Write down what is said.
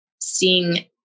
seeing